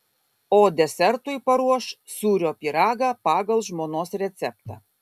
o desertui paruoš sūrio pyragą pagal žmonos receptą